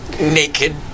naked